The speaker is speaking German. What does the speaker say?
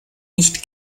nicht